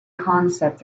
concept